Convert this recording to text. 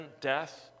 death